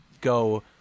go